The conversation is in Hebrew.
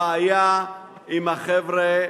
הבעיה עם החבר'ה,